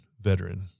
veteran